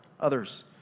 others